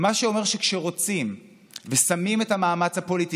מה שאומר שכשרוצים ושמים את המאמץ הפוליטי